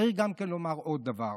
צריך לומר עוד דבר: